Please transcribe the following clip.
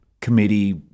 committee